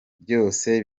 byose